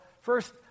first